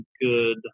good